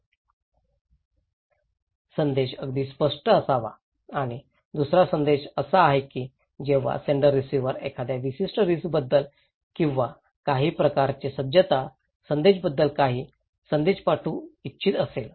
संदेश अगदी स्पष्ट असावा आणि दुसरा उद्देश असा आहे की जेव्हा सेण्डर रिसिव्हर एखाद्या विशिष्ट रिस्कबद्दल किंवा काही प्रकारचे सज्जता संदेशाबद्दल काही संदेश पाठवू इच्छित असेल